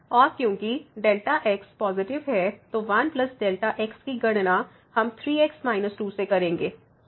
और क्योंकि Δx positive है तो 1 Δ x की गणना हम 3 x−2 से करेंगे